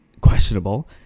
questionable